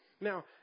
Now